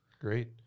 great